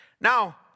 now